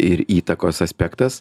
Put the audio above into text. ir įtakos aspektas